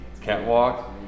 catwalk